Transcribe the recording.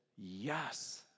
yes